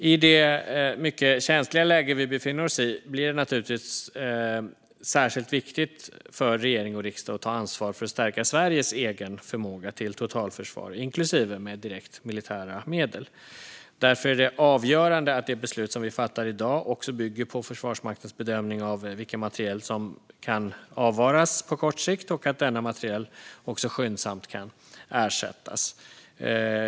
I det mycket känsliga läge vi befinner oss i blir det naturligtvis särskilt viktigt för regering och riksdag att ta ansvar för att stärka Sveriges egen förmåga till totalförsvar, inklusive med direkt militära medel. Därför är det avgörande att det beslut som vi fattar i dag också bygger på Försvarsmaktens bedömning av vilken materiel som kan avvaras på kort sikt och att denna materiel skyndsamt kan ersättas.